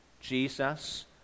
Jesus